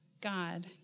God